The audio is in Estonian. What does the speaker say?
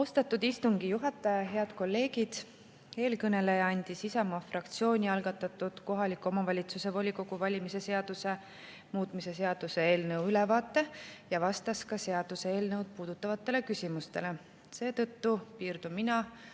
Austatud istungi juhataja! Head kolleegid! Eelkõneleja andis Isamaa fraktsiooni algatatud kohaliku omavalitsuse volikogu valimise seaduse [ja keeleseaduse] muutmise seaduse eelnõust ülevaate ja vastas ka seaduseelnõu puudutavatele küsimustele. Seetõttu piirdun mina